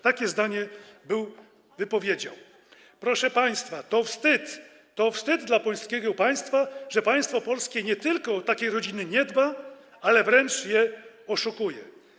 Takie zdanie powiedział: Proszę państwa, to wstyd, to wstyd dla polskiego państwa, że państwo polskie nie tylko o takie rodziny nie dba, ale wręcz je oszukuje.